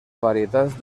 varietats